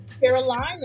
carolina